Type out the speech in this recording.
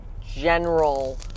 general